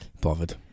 Bothered